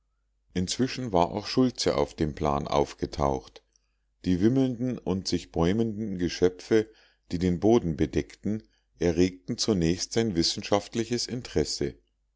inzwischen war auch schultze auf dem plan aufgetaucht die wimmelnden und sich bäumenden geschöpfe die den boden bedeckten erregten zunächst sein wissenschaftliches interesse